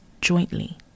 jointly